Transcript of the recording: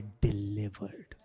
delivered